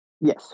Yes